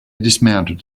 dismounted